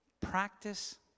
practice